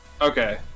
okay